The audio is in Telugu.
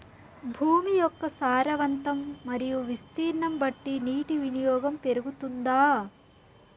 భూమి యొక్క సారవంతం మరియు విస్తీర్ణం బట్టి నీటి వినియోగం పెరుగుతుందా?